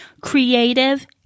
Creative